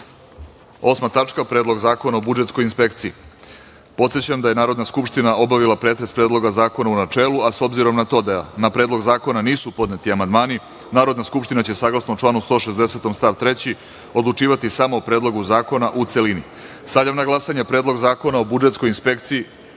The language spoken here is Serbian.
reda - PREDLOG ZAKONA O BUDžETSKOJ INSPEKCIJI.Podsećam vas da je Narodna skupština obavila pretres Predloga zakona u načelu, a s obzirom na to da na Predlog zakona nisu podneti amandmani, Narodna skupština će, saglasno članu 160. stav 3, odlučivati samo o Predlogu zakona u celini. Stavljam na glasanje Predlog zakona o budžetskoj inspekciji,